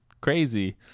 crazy